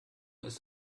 ist